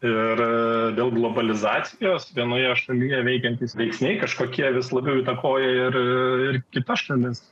ir dėl globalizacijos vienoje šalyje veikiantys veiksniai kažkokie vis labiau įtakoja ir kitas šalis